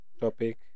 topic